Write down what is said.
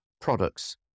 products